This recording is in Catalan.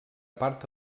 part